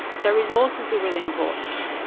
so resources are really important.